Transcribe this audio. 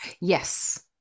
Yes